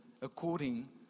according